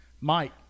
mike